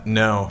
no